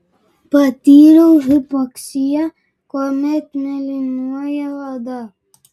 patyriau hipoksiją kuomet mėlynuoja oda